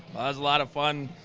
was a lot of fun.